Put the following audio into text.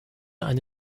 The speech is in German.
eine